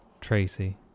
Tracy